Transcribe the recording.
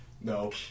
No